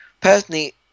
personally